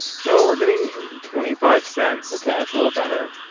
so we're getting twenty five cents cats a little better.